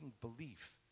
belief